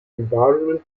environment